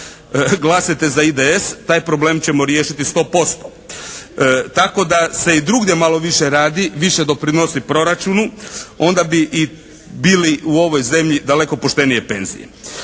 Glasajte za IDS, taj problem ćemo riješiti 100%. Tako da se i drugdje malo više radi, više doprinosi proračunu, onda bi bile u ovoj zemlji i daleko poštenije penzije.